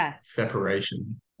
separation